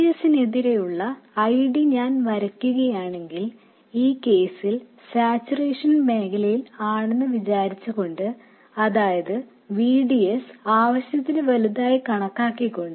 VGS നെതിരെയുള്ള ID ഞാൻ വരയ്ക്കുകയാണെങ്കിൽ ഈ കേസിൽ സാച്ചുറേഷൻ മേഖലയിൽ ആണെന്ന് വിചാരിച്ചുകൊണ്ട് അതായത് VDS ആവശ്യത്തിന് വലുതാണെന്ന് കണക്കാക്കുന്നു